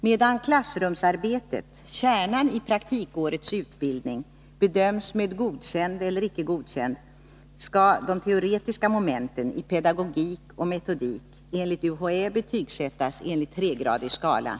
Medan klassrumsarbetet, kärnan i praktikårets utbildning, bedöms med godkänd eller icke godkänd, skall de teoretiska momenten i pedagogik och metodik enligt UHÄ betygsättas enligt tregradig skala.